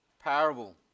parable